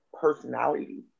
personality